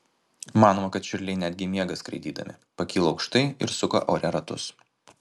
manoma kad čiurliai netgi miega skraidydami pakyla aukštai ir suka ore ratus